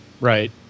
Right